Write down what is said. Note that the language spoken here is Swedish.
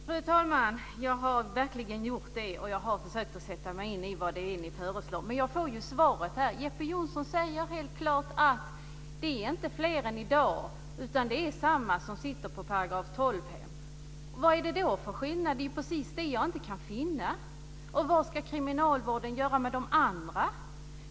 Fru talman! Jag har verkligen gjort det, och jag har försökt sätta mig in i vad det är ni föreslår. Men jag får ju svaret här. Jeppe Johnsson säger helt klart att det inte är fler än i dag, utan det är samma personer som sitter på § 12-hem. Vad är det då för skillnad? Det är precis det som jag inte kan finna. Vad ska kriminalvården göra med de andra?